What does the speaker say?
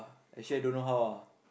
actually I don't know how ah